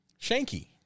Shanky